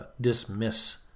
dismiss